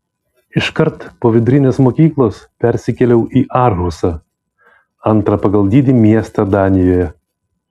iškart po vidurinės mokyklos persikėliau į arhusą antrą pagal dydį miestą danijoje